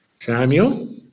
Samuel